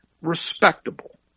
respectable